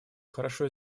хорошо